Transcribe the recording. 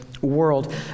world